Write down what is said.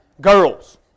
girls